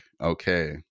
okay